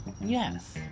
Yes